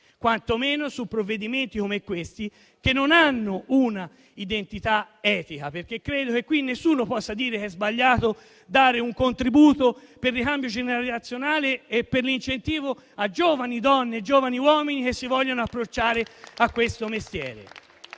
quantomeno su provvedimenti come questi. Provvedimenti che non hanno una identità etica, perché credo che qui nessuno possa dire che è sbagliato dare un contributo, per il ricambio generazionale e per l'incentivo a giovani donne e giovani uomini che si vogliono approcciare a questo mestiere.